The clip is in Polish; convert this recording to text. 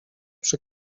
przy